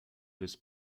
this